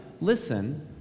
Listen